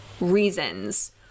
reasons